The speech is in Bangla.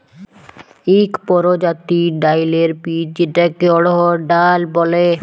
ইক পরজাতির ডাইলের বীজ যেটাকে অড়হর ডাল ব্যলে